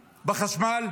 בחשמל,